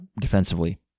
defensively